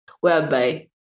whereby